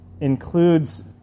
includes